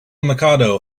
machado